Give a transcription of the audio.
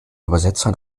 übersetzer